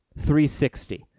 360